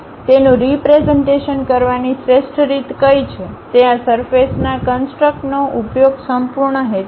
તેનું રીપ્રેઝન્ટેશન કરવાની શ્રેષ્ઠ રીત કઈ છે તે આ સરફેસ ના કન્સટ્રક્નો સંપૂર્ણ હેતુ છે